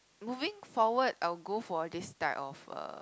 moving forward I will go for this type of a